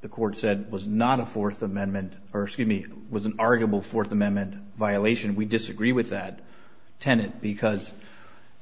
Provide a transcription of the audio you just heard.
the court said was not a fourth amendment or skinny was an arguable fourth amendment violation we disagree with that tenet because